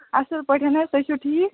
اَصٕل پٲٹھۍ حظ تُہۍ چھِو ٹھیٖک